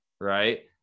right